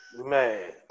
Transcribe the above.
Man